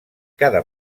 cada